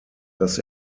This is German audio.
dass